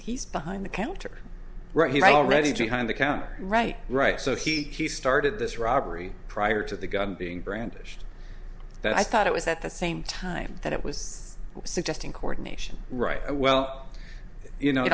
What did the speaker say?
he's behind the counter right he's already joined the counter right right so he started this robbery prior to the gun being brandished that i thought it was at the same time that it was suggesting coordination right well you know